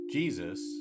Jesus